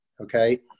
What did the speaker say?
okay